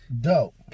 Dope